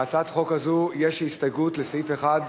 להצעת החוק הזו יש הסתייגות לסעיף 1,